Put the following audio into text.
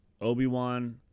Obi-Wan